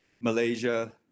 Malaysia